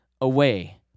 away